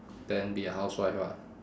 then be a housewife ah